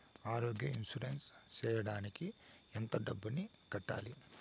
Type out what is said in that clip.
ఆరోగ్య ఇన్సూరెన్సు సేయడానికి ఎంత డబ్బుని కట్టాలి?